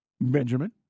Benjamin